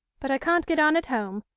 but i can't get on at home,